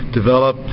develop